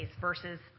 versus